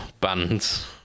bands